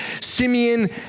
Simeon